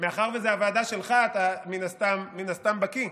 מאחר שזו הוועדה שלך אתה מן הסתם בקי.